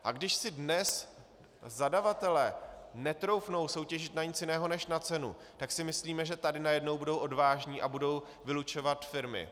A když si dnes zadavatelé netroufnou soutěžit na nic jiného než na cenu, tak si myslíme, že tady najednou budou odvážní a budou vylučovat firmy.